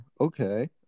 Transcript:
Okay